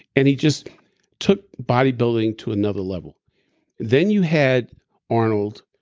and he just took bodybuilding to another level then you had arnold,